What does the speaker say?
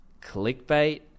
clickbait